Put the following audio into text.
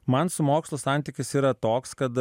man su mokslu santykis yra toks kad